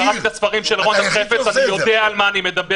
קראתי את הספרים של רון חפץ ואני יודע על מה אני מדבר.